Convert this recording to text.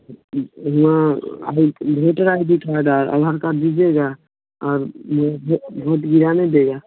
वहाँ voter ID card Aadhaar card दीजिएगा और यह वह भोट गिराने देगा